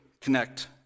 connect